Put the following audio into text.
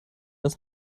das